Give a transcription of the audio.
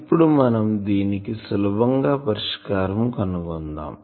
ఇప్పుడు మనం దీనికి సులభంగా పరిష్కారం కనుక్కుందాము